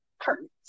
curtains